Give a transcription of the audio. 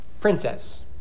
Princess